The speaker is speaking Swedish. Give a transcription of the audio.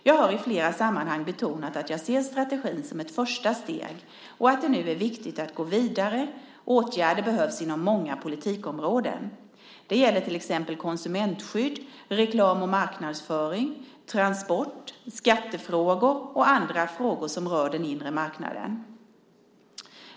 Jag har i flera sammanhang betonat att jag ser strategin som ett första steg och att det nu är viktigt att gå vidare - åtgärder behövs inom många politikområden. Det gäller till exempel konsumentskydd, reklam och marknadsföring, transport, skattefrågor och andra frågor som rör den inre marknaden.